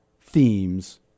themes